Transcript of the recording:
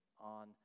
on